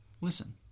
Listen